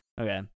Okay